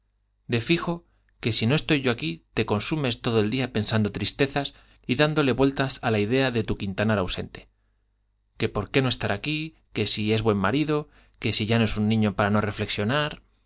de fijo que si no estoy yo aquí te consumes todo el día pensando tristezas y dándole vueltas a la idea de tu quintanar ausente que por qué no estará aquí que si es buen marido que ya no es un niño para no reflexionar